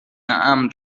امن